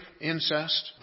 incest